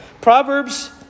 Proverbs